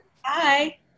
Hi